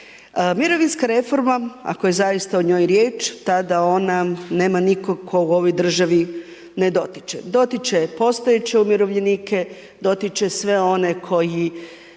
Mirovinska reforma ako je zaista o njoj riječ tada ona nema nikog kog u ovoj državi ne dotiče. Dotiče postojeće umirovljenike, dotiče sve one koji